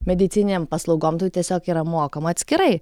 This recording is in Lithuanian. medicininėm paslaugom tu tiesiog yra mokama atskirai